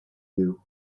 you